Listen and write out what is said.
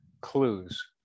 clues